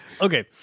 Okay